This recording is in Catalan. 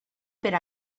per